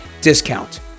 discount